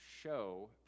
show